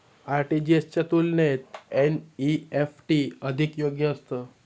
RTGS च्या तुलनेत NEFT अधिक योग्य असतं